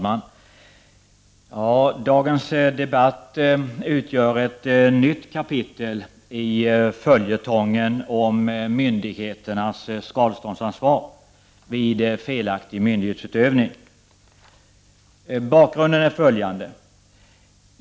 Herr talman! Dagens debatt utgör ett nytt kapitel i följetongen om myndigheternas skadeståndsansvar vid felaktig myndighetsutövning. Bakgrunden är följande.